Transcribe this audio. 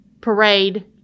parade